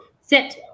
Sit